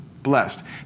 Blessed